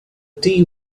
tea